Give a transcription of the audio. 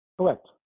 Correct